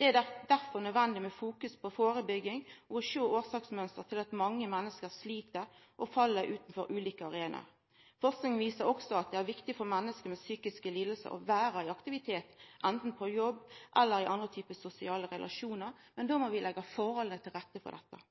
Det er derfor nødvendig med fokus på førebygging og det å sjå årsaksmønster til at mange menneske slit og fell utanfor ulike arenaer. Forsking viser òg at det er viktig for menneske med psykiske lidingar å vera i aktivitet, anten på jobb eller i andre typar sosiale relasjonar, men då må vi leggja forholda til rette for det.